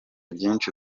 byinshi